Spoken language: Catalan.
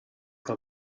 que